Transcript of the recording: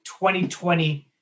2020